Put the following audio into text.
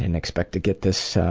and expect to get this